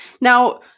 Now